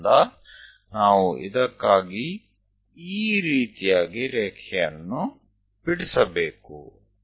ಆದ್ದರಿಂದ ನಾವು ಇದಕ್ಕಾಗಿ ಈ ರೀತಿಯಾಗಿ ರೇಖೆಯನ್ನು ಬಿಡಿಸಬೇಕು